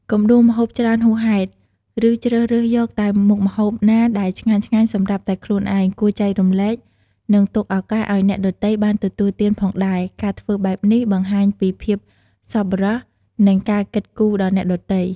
កុំដួសម្ហូបច្រើនហួសហេតុ ឬជ្រើសរើសយកតែមុខម្ហូបណាដែលឆ្ងាញ់ៗសម្រាប់តែខ្លួនឯង គួរចែករំលែក និងទុកឱកាសឱ្យអ្នកដទៃបានទទួលទានផងដែរ ការធ្វើបែបនេះបង្ហាញពីភាពសប្បុរស និងការគិតគូរដល់អ្នកដទៃ។